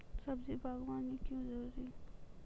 सब्जी बागवानी क्यो जरूरी?